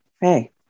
hey